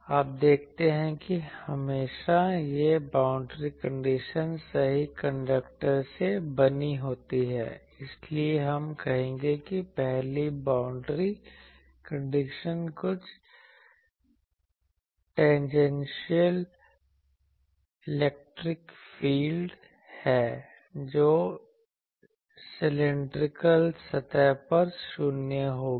आप देखते हैं हमेशा यह बाउंड्री कंडीशन सही कंडक्टर से बनी होती है इसलिए हम कहेंगे कि पहली बाउंड्री कंडीशन कुल टेंनजेनशियल इलेक्ट्रिक फील्ड है जो सिलैंडरिकल सतह पर शून्य होगी